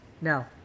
No